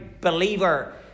believer